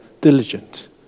diligent